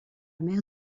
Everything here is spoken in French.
mer